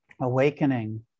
awakening